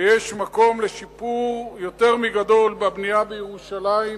ויש מקום לשיפור יותר מגדול בבנייה בירושלים,